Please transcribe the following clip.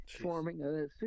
forming